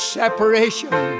separation